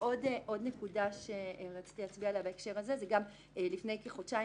עוד נקודה שרציתי להצביע עליה בהקשר הזה: לפני כחודשיים